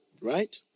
right